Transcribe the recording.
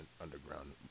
underground